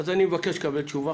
אני מבקש לקבל תשובה.